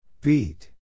Beat